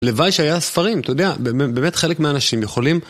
לוואי שהיה ספרים, אתה יודע, באמת חלק מהאנשים יכולים.